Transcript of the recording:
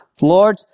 Lord